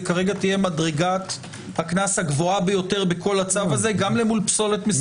תהיה מדרגת הקנס הגבוהה ביותר בכול הצו הזה גם למול פסולת מסוכנת.